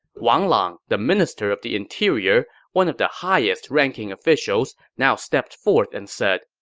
wang lang, the minister of the interior, one of the highest-ranking officials, now stepped forth and said,